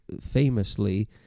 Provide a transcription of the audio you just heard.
famously